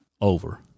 Over